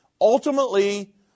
Ultimately